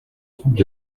troupes